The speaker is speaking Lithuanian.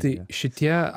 tai šitie